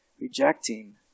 Rejecting